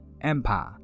Empire